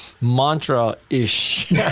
mantra-ish